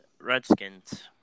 Redskins